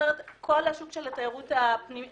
אחרת כל השוק של תיירות הפנים נפגע.